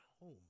home